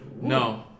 No